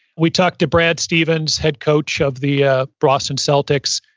we talked to brad stevens, head coach of the ah boston celtics.